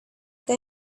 that